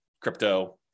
crypto